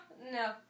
No